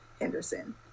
Henderson